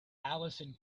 alison